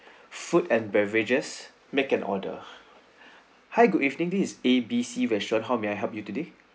food and beverages make an order hi good evening this is A B C restaurant showed how may I help you today